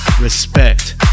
respect